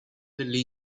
delle